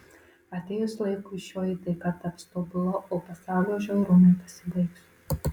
atėjus laikui šioji taika taps tobula o pasaulio žiaurumai pasibaigs